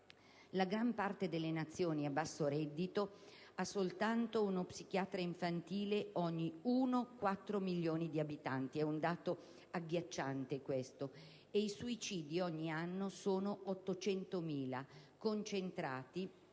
La gran parte delle Nazioni a basso reddito ha soltanto uno psichiatra infantile per 1 o addirittura 4 milioni di abitanti (è un dato agghiacciante). I suicidi ogni anno sono 800.000, concentrati